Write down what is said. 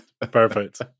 Perfect